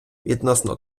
відносно